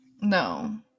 No